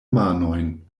manojn